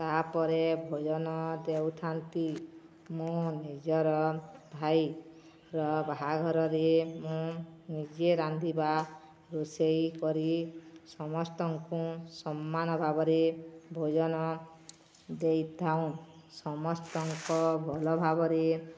ତା'ପରେ ଭୋଜନ ଦେଉଥାନ୍ତି ମୁଁ ନିଜର ଭାଇର ବାହାଘରରେ ମୁଁ ନିଜେ ରାନ୍ଧିବା ରୋଷେଇ କରି ସମସ୍ତଙ୍କୁ ସମାନ ଭାବରେ ଭୋଜନ ଦେଇଥାଉଁ ସମସ୍ତଙ୍କ ଭଲ ଭାବରେ